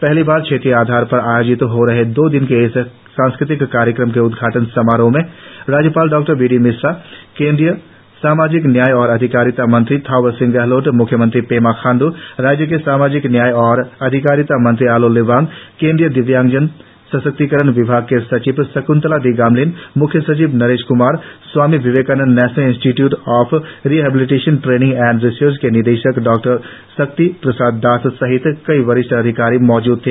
पहली बार क्षेत्रीय आधार पर आयोजित हो रहे दो दिन के इस सांस्कृतिक कार्यक्रम के उद्घाटन समारोह में राज्यपाल डॉ बी डी मिश्रा केंद्रीय सामाजिक न्याय और अधिकारिता मंत्री थावर चंद गहलोत म्ख्यमंत्री पेमा खांड्र राज्य के सामाजिक न्याय और अधिकारिता मंत्री आलो लिबांग केंद्रीय दिव्यांजन सशक्तिकरण विभाग की सचिव शक्ंतला डी गामलिन म्ख्य सचिव Naresh Kumar Swami Vivekananda National Institute of Rehabilitation Training and Research के निदेशक डॉ शक्ति प्रसाद दास सहित कई वरिष्ठ अधिकारी मौजूद है